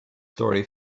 story